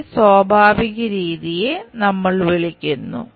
ഈ സ്വാഭാവിക രീതിയെ നമ്മൾ വിളിക്കുന്നു